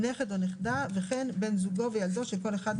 נכד או נכדה וכן בן זוגו וילדו של כל אחד מהם,